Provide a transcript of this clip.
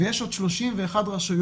ויש עוד 31 רשויות